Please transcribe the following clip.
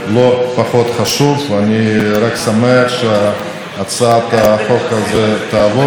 זה מאוד חשוב למשק הישראלי ומאוד חשוב לתושבי מדינת ישראל.